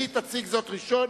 היא תציג זאת ראשונה.